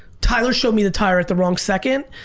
tyler showed me the tire at the wrong second,